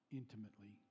intimately